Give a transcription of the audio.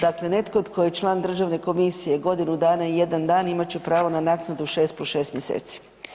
Dakle, netko tko je član državne komisije godinu dana i 1 dan imat će pravo na naknadu 6 + 6 mjeseci.